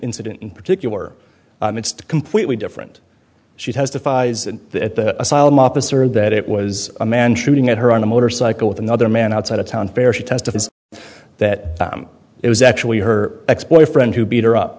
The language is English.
incident in particular it's completely different she testifies that the asylum officer that it was a man treating at her on a motorcycle with another man outside of town fair she testified that it was actually her ex boyfriend who beat her up